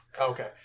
okay